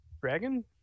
dragon